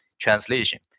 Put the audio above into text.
Translation